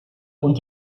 und